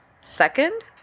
Second